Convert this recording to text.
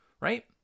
right